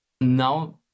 now